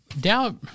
doubt